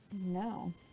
No